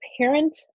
parent